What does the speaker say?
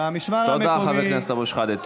חבר הכנסת אבו שחאדה,